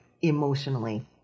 emotionally